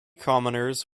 commoners